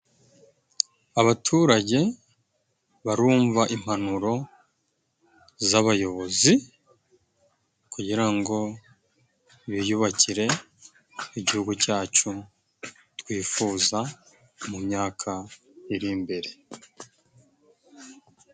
Abaturage barumva impanuro z'abayobozi kugira ngo biyubakire igihugu cyacu twifuza mu myaka iri imbere.